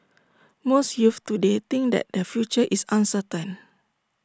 most youths today think that their future is uncertain